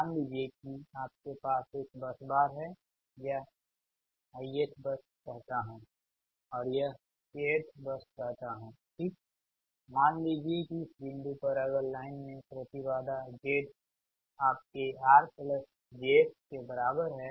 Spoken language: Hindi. मान लीजिए कि आपके पास एक बस बार है यह i th बस कहता हूँ और यह k th बस कहता हूँ ठीक मान लीजिए कि इस बिंदु पर अगर लाइन में प्रति बाधा z आपके r jx के बराबर है